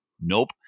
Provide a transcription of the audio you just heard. nope